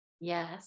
Yes